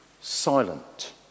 silent